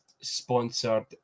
sponsored